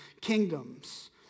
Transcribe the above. kingdoms